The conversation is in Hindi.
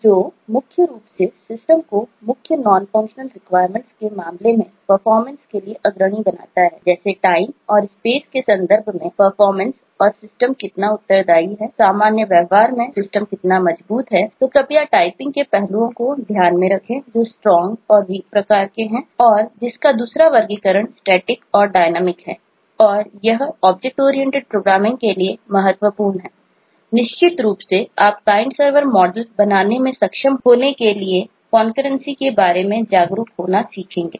जो मुख्य रूप से सिस्टम को मुख्य नॉनफंक्शनल रिक्वायरमेंट्स के बारे में जागरूक होना सीखेंगे